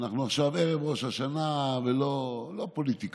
אנחנו עכשיו ערב ראש השנה וזה לא פוליטיקה,